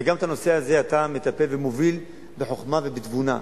וגם בנושא הזה אתה מטפל ומוביל בחוכמה ובתבונה.